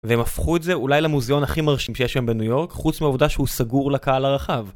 והם הפכו את זה אולי למוזיאון הכי מרשים שיש היום בניו יורק, חוץ מהעובדה שהוא סגור לקהל הרחב.